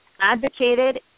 advocated